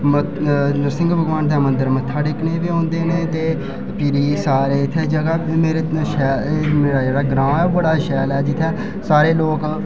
नरसिंघ भगवान दे मंदर मत्था टेकने गी बी औंदे न ते भिरी सारे इत्थें जगह मेरे इत्थें मेरा जेह्ड़ा ग्रांऽ ऐ ओह् बड़ा शैल ऐ जित्थें सारे लोक